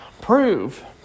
prove